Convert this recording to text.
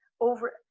over